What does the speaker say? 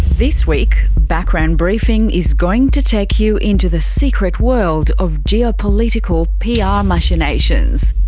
this week, background briefing is going to take you into the secret world of geopolitical pr ah machinations.